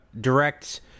direct